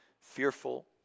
fearful